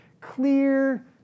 Clear